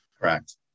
Correct